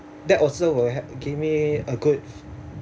that also will help give me a good